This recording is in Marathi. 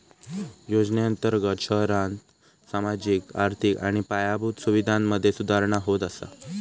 योजनेअंर्तगत शहरांत सामाजिक, आर्थिक आणि पायाभूत सुवीधांमधे सुधारणा होत असा